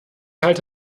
halte